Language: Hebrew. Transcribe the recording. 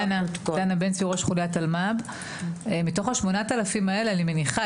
מתוך השמונת אלפים האלה אני מניחה,